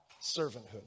servanthood